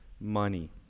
money